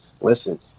listen